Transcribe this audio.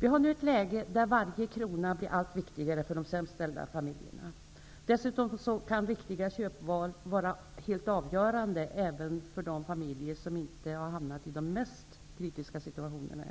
Vi har nu ett läge där varje krona blir allt viktigare för de sämst ställda familjerna. Dessutom kan riktiga köpval vara helt avgörande även för dem som ännu inte har hamnat i de mest kritiska situationerna.